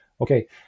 Okay